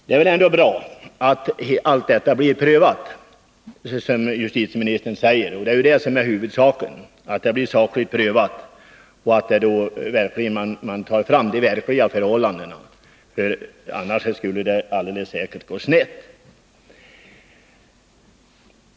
Det är väl bra att ärendet blir prövat, som justitieministern säger. Huvudsaken är att det blir sakligt prövat och att de verkliga förhållandena tas fram. Annars skulle det alldeles säkert gå snett.